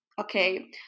okay